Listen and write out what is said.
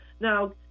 Now